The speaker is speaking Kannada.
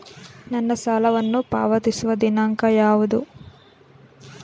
ನನ್ನ ಸಾಲವನ್ನು ಪಾವತಿಸುವ ದಿನಾಂಕ ಯಾವುದು?